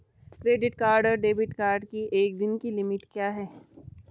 Credit card और debit card की एक दिन की लिमिट क्या है?